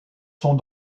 sont